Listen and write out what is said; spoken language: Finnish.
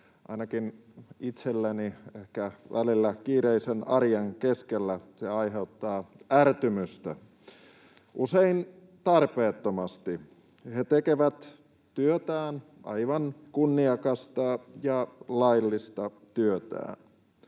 Ainakin itselleni ehkä välillä kiireisen arjen keskellä se aiheuttaa ärtymystä, usein tarpeettomasti. He tekevät työtään, aivan kunniakasta ja laillista työtään.